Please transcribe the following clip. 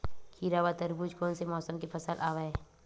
खीरा व तरबुज कोन से मौसम के फसल आवेय?